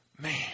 Man